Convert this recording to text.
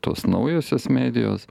tos naujosios medijos